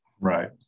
Right